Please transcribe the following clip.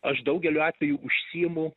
aš daugeliu atvejų užsiimu